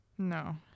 No